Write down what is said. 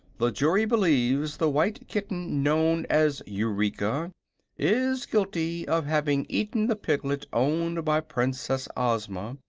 the jury believes the white kitten known as eureka is guilty of having eaten the piglet owned by princess ozma,